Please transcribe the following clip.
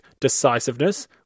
decisiveness